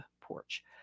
porch